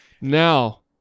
Now